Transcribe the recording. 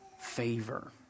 favor